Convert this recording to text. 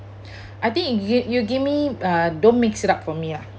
I think you you give me uh don't mix it up for me ah